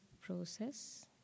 process